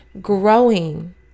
growing